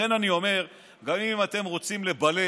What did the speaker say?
לכן אני אומר: גם אם אתם רוצים לבלף,